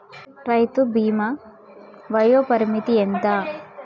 రైతు బీమా వయోపరిమితి ఎంత?